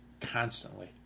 constantly